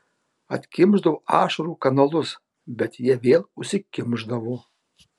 atkimšdavo ašarų kanalus bet jie vėl užsikimšdavo